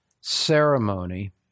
ceremony